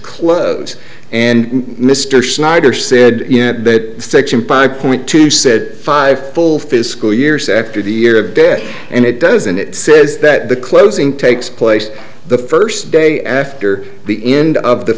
close and mr schneider said that section five point two said five full fiscal years after the year of death and it doesn't it says that the closing takes place the first day after the end of the